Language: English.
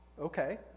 okay